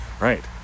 right